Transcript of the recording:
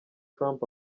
trump